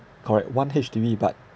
correct one H_D_B but